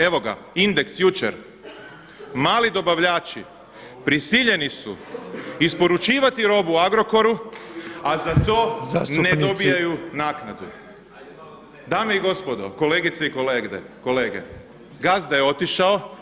Evo ga, indeks jučer mali dobavljači prisiljeni su isporučivati robu Agrokoru, a za to ne dobijaju naknadu [[Upadica predsjednik: Zastupnici.]] Dame i gospodo, kolegice i kolege gazda je otišao.